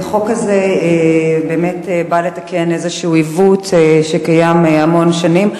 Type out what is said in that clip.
החוק הזה באמת בא לתקן איזה עיוות שקיים המון שנים,